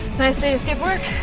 nice day to skip work.